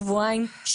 שבועיים,